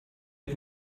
had